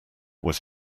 was